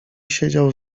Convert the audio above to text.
siedział